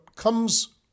Comes